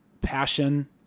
passion